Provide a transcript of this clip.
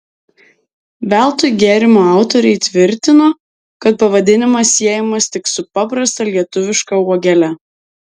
veltui gėrimo autoriai tvirtino kad pavadinimas siejamas tik su paprasta lietuviška uogele